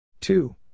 Two